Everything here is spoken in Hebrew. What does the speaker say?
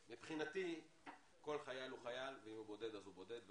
מבחינתי כל חיל הוא חייל ואם הוא בודד אז הוא בודד,